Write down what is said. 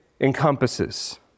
encompasses